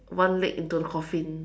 one leg into the coffin